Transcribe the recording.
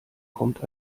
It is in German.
kommt